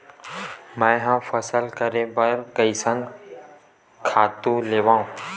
मैं ह फसल करे बर कइसन खातु लेवां?